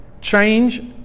change